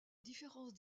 différence